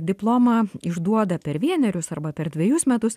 diplomą išduoda per vienerius arba per dvejus metus